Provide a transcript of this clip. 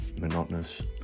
Monotonous